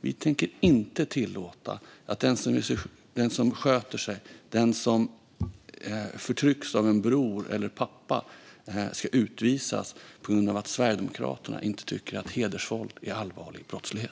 Vi tänker inte tillåta att den som sköter sig eller som förtrycks av en bror eller en pappa ska utvisas på grund av att Sverigedemokraterna inte tycker att hedersvåld är allvarlig brottslighet.